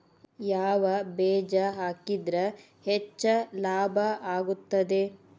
ಯಾವ ಬೇಜ ಹಾಕಿದ್ರ ಹೆಚ್ಚ ಲಾಭ ಆಗುತ್ತದೆ?